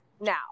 Now